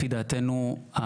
לפי דעתנו,